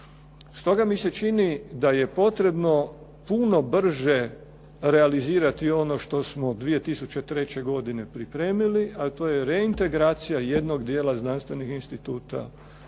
Stoga mi se čini da je potrebno puno brže realizirati ono što smo 2003. godine pripremili, a to je reintegracija jednog dijela znanstvenih instituta u